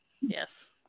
Yes